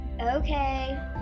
Okay